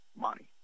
money